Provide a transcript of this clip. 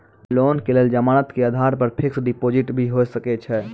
Loan के लेल जमानत के आधार पर फिक्स्ड डिपोजिट भी होय सके छै?